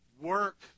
work